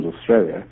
Australia